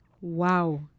Wow